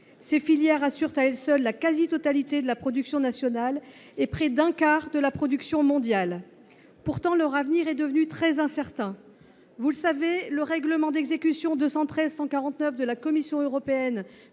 Ces filières représentent à elles seules la quasi totalité de la production nationale et près d’un quart de la production mondiale. Pourtant, leur avenir est devenu très incertain : le règlement d’exécution 2023/149 de la Commission européenne